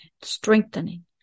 strengthening